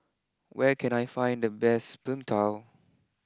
where can I find the best Png Tao